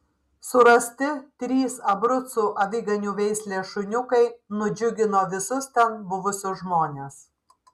surasti trys abrucų aviganių veislės šuniukai nudžiugino visus ten buvusius žmones